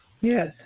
Yes